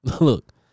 Look